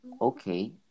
okay